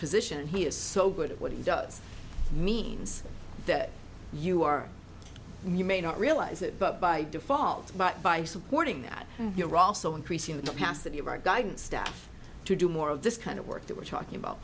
position he is so good at what he does means that you are you may not realize it but by default but by supporting that you're also increasing the capacity of our guidance staff to do more of this kind of work that we're talking about